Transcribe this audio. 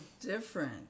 different